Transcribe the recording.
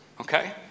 okay